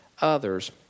others